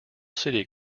city